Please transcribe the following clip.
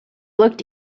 looked